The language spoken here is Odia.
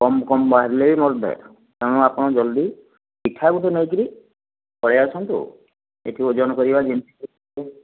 କମ କମ ବାହାରିଲେ ବି ମୋର ଢ଼େର କାରଣ ଆପଣ ଜଲଦି ଚିଠା ଗୋଟେ ନେଇକିରି ପଳେଇ ଆସନ୍ତୁ ଏଠି ଓଜନ କରିବା ଜିନଷ